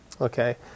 Okay